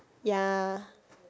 ya